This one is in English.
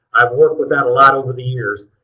i've worked with that a lot over the years.